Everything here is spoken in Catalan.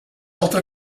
altra